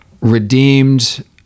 redeemed